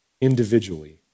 individually